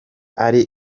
ari